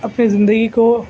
اپنی زندگی کو